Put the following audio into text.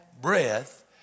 breath